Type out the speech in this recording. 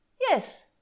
Yes